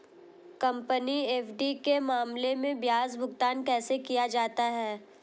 Company FD के मामले में ब्याज भुगतान कैसे किया जाता है?